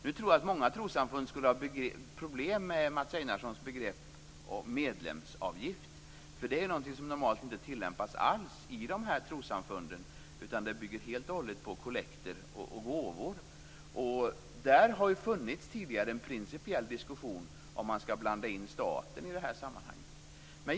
Nu tror jag att många trossamfund skulle få problem med Mats Einarssons begrepp om medlemsavgift, för det är någonting som normalt inte tillämpas alls i de här trossamfunden, utan de bygger helt och hållet på kollekter och gåvor. Där har det tidigare funnits en principiell diskussion om huruvida man skall blanda in staten.